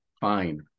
fine